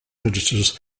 registers